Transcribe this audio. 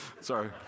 Sorry